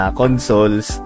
consoles